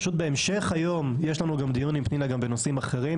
פשוט בהמשך היום יש לנו דיון עם פנינה גם בנושאים אחרים,